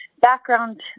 background